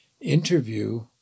interview